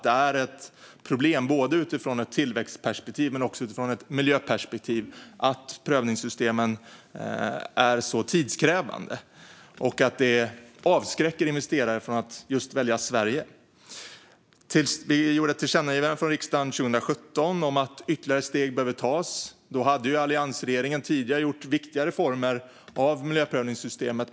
Det är ett problem utifrån ett tillväxtperspektiv men också utifrån ett miljöperspektiv att prövningssystemen är tidskrävande och att det avskräcker investerare från att just välja Sverige. Vi i riksdagen gjorde ett tillkännagivande 2017 om att ytterligare steg behöver tas. Då hade alliansregeringen tidigare gjort viktiga reformer av miljöprövningssystemet.